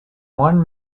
one